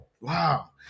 Wow